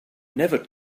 never